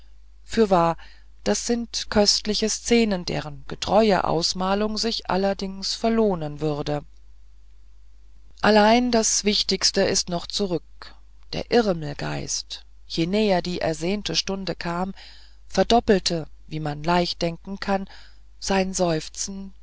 fürwahr das sind köstliche szenen deren getreue ausmalung sich allerdings verlohnen würde allein das wichtigste ist noch zurück der irmelgeist je näher die ersehnte stunde kam verdoppelte wie man leicht denken kann sein seufzen